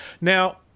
Now